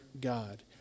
God